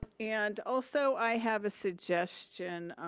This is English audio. and also, i have a suggestion